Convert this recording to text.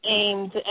aimed